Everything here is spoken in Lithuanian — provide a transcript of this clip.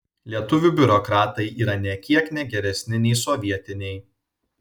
lietuvių biurokratai yra nė kiek ne geresni nei sovietiniai